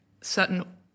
certain